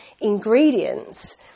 ingredients